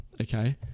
Okay